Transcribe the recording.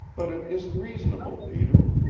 but it isn't reasonable, peter.